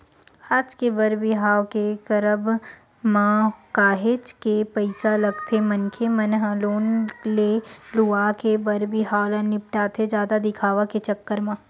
आज के बर बिहाव के करब म काहेच के पइसा लगथे मनखे मन ह लोन ले लुवा के बर बिहाव ल निपटाथे जादा दिखावा के चक्कर म